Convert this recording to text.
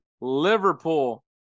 Liverpool